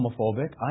homophobic